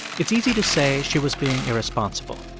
it's easy to say she was being irresponsible.